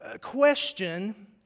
Question